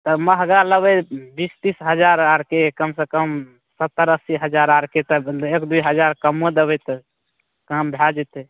तब महगा लेबै बीस तीस हजार आओरके कमसे कम सत्तरि अस्सी हजार आओरके तब एक दुइ हजार कमो देबै तऽ काम भए जएतै